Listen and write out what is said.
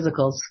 physicals